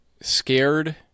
scared